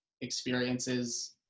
experiences